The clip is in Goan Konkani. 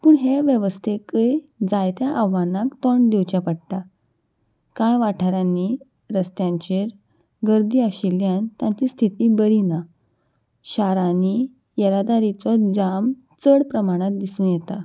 पूण हे वेवस्थेकय जायत्या आव्हानाक तोंड दिवचें पडटा कांय वाठारांनी रस्त्यांचेर गर्दी आशिल्ल्यान तांची स्थिती बरी ना शारांनी येरादारीचो जाम चड प्रमाणांत दिसूं येता